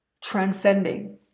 transcending